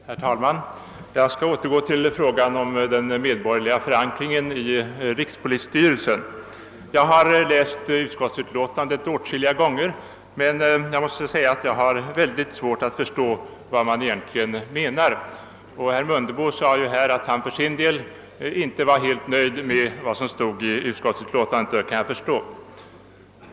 Herr talman! Jag skall återgå till frågan om den medborgerliga förankringen i rikspolisstyrelsen. Jag har läst utskottsutlåtandet åtskilliga gånger men måste säga att jag har mycket svårt att förstå vad som egentligen menas. Herr Mundebo sade också att han för sin del inte var helt nöjd med utskottsutlåtandet, och det kan jag förstå.